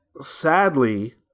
Sadly